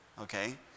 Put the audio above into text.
okay